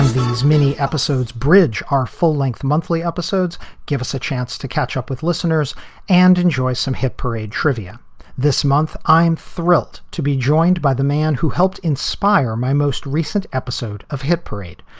these mini episodes bridge are full length monthly episodes give us a chance to catch up with listeners and enjoy some hit parade trivia this month. i'm thrilled to be joined by the man who helped inspire my most recent episode of hit parade.